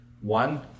One